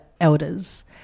elders